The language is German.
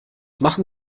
machen